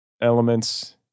elements